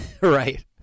Right